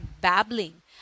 babbling